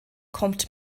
kommt